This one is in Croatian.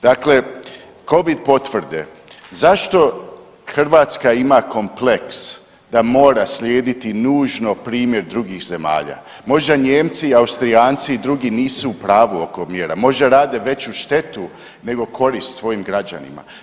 Dakle, covid potvrde, zašto Hrvatska ima kompleks da mora slijediti nužno primjer drugih zemalja, možda Nijemci, Austrijanci i drugi nisu u pravu oko mjera, možda rade veću štetu nego korist svojim građanima.